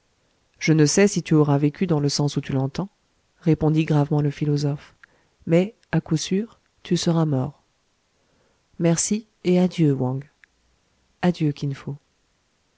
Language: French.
je ne sais si tu auras vécu dans le sens où tu l'entends répondit gravement le philosophe mais à coup sûr tu seras mort merci et adieu wang adieu